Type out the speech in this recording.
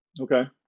Okay